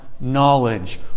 knowledge